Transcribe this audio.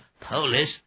Polish